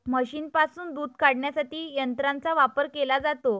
म्हशींपासून दूध काढण्यासाठी यंत्रांचा वापर केला जातो